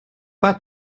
pas